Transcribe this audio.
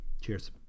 Cheers